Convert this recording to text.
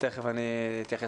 תכף אני אתייחס.